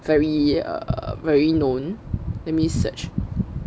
very err very known let me search